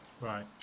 right